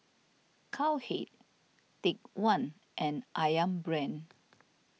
Cowhead Take one and Ayam Brand